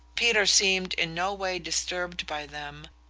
peter seemed in no way disturbed by them.